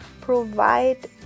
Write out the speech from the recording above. provide